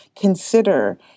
consider